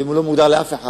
ואם הוא לא מוגדר לאף אחד,